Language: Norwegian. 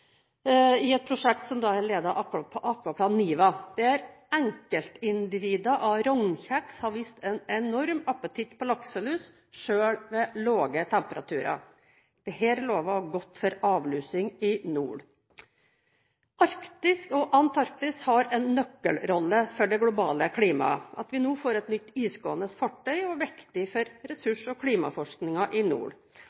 i et prosjekt ledet av Akvaplan-niva, der enkeltindivider av rognkjeks har vist en enorm appetitt på lakselus, selv ved lave temperaturer. Dette lover godt for avlusing i nord. Arktis og Antarktis spiller en nøkkelrolle for det globale klimaet. At vi nå får et nytt isgående fartøy, er viktig for